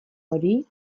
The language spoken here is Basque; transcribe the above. hori